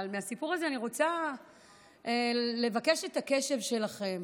אבל בסיפור הזה אני רוצה לבקש את הקשב שלכם.